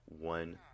one